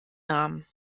namen